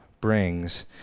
brings